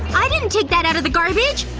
i didn't take that out of the garbage,